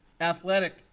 athletic